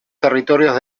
territorios